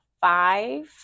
Five